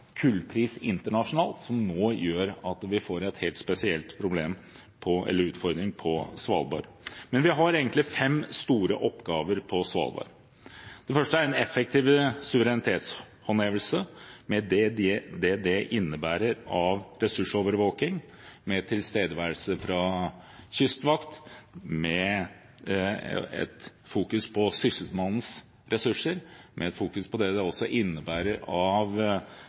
kullpris internasjonalt som nå gjør at vi får en helt spesiell utfordring på Svalbard. Vi har fem store oppgaver på Svalbard. Den første er en effektiv suverenitetshåndhevelse med det det innebærer av ressursovervåking, med tilstedeværelse av kystvakt, med et fokus på sysselmannens ressurser, med et fokus på det det også innebærer av